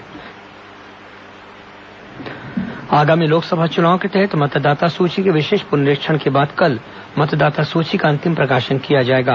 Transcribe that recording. मतदाता सूची सत्यापन आगामी लोकसभा चुनाव के तहत मतदाता सूची के विशेष पुनरीक्षण के बाद कल मतदाता सूची का अंतिम प्रकाशन किया जाएगा